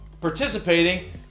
participating